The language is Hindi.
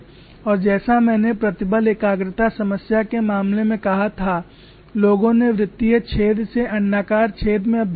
और जैसा मैंने प्रतिबल एकाग्रता समस्या के मामले में कहा था लोगों ने वृत्तीय छेद से अण्डाकार छेद में अभ्यास किया